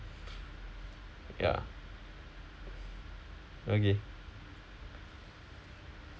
ya okay